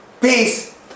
Peace